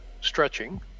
stretching